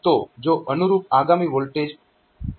તો જો અનુરૂપ આગામી વોલ્ટેજ 2